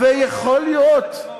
ויכול להיות,